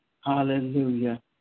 hallelujah